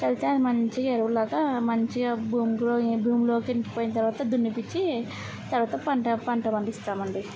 చల్లితే అది మంచి ఎరువులాగా మంచిగా భూమి గ్రో భూమిలోకి ఇంకిపోయిన తర్వాత దున్నిపిచ్చీ తర్వాత పంట పంట పండిస్తామండి